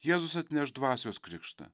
jėzus atneš dvasios krikštą